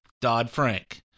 Dodd-Frank